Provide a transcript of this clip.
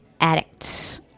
addicts